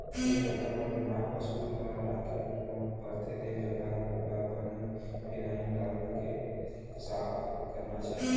जेन जघा म बेमार पसु ल राखे ल परथे तेन जघा ल बने फिनाइल डारके सफा करना चाही